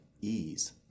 ease